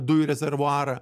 dujų rezervuarą